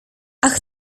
ach